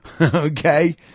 Okay